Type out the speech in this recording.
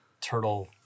turtle